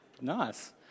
Nice